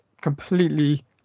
completely